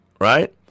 Right